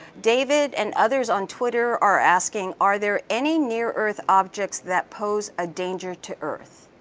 david and others on twitter are asking, are there any near earth objects that post a danger to earth?